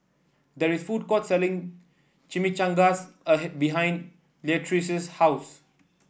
there is a food court selling Chimichangas behind Leatrice's house